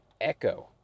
Echo